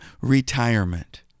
retirement